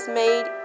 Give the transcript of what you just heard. made